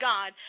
God